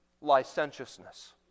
licentiousness